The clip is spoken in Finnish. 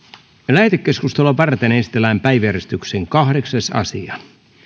lähetekeskustelua varten esitellään päiväjärjestyksen kahdeksas asia